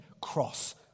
cross